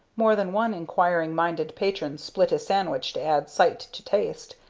more than one inquiring-minded patron split his sandwich to add sight to taste,